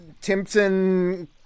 Timpson